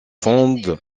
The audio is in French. fondent